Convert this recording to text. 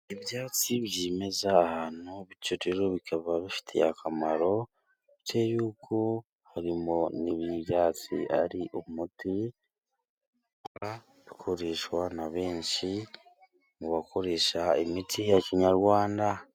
Ibyatsi byimeza ahantu, bityo rero bikaba bifitiye akamaro utetse yuko harimo n'ibyatsi ari umuti ugurishwa na benshi mu bakoresha imiti ya kinyarwanda.